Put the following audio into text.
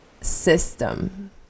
system